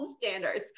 standards